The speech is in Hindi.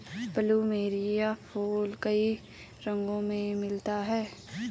प्लुमेरिया फूल कई रंगो में मिलता है